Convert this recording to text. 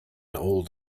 old